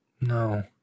no